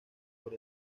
por